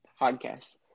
podcast